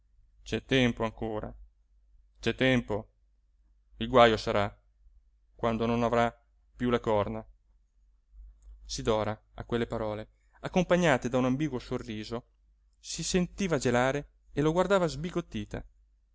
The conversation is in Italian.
c'è tempo ancora c'è tempo il guajo sarà quando non avrà piú le corna sidora a quelle parole accompagnate da un ambiguo sorriso si sentiva gelare e lo guardava sbigottita